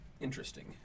Interesting